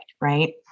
Right